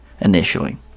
initially